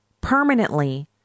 permanently